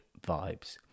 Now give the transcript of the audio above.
vibes